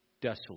Desolate